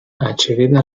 очевидно